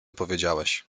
powiedziałeś